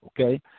okay